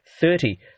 thirty